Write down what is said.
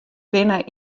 binne